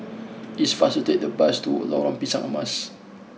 it is faster to take the bus to Lorong Pisang Emas